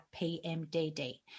PMDD